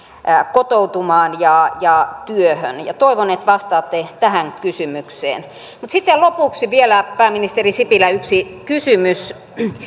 kotoutumaan ja ja työhön toivon että vastaatte tähän kysymykseen mutta sitten lopuksi vielä pääministeri sipilä yksi kysymys